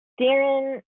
Darren